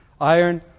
iron